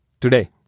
today